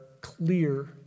clear